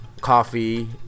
coffee